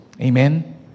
Amen